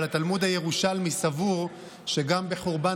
אבל התלמוד הירושלמי סבור שגם בחורבן